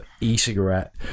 e-cigarette